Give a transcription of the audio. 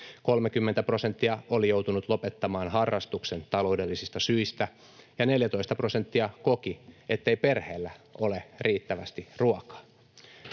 30 prosenttia oli joutunut lopettamaan harrastuksen taloudellisista syistä ja 14 prosenttia koki, ettei perheellä ole riittävästi ruokaa.